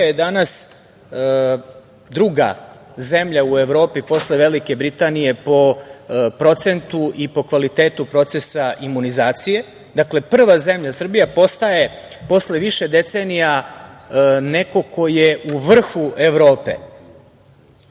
je danas druga zemlja u Evropi posle Velike Britanije po procentu i po kvalitetu procesa imunizacije. Dakle, prva zemlja Srbija postaje posle više decenija, neko ko je u vrhu Evrope,